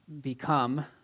become